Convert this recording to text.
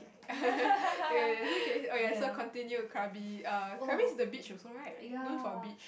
oh wait it's okay okay so continue Krabi err Krabi is the beach also right known for beach